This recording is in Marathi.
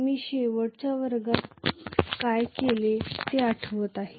मी शेवटच्या वर्गात काय केले ते आठवत आहे